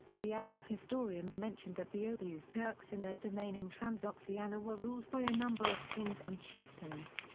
the arab historians mentioned that the oghuz turks in their domain in transoxiana were ruled by a number of kings and chieftains.